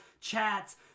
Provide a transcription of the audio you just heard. chats